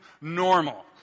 normal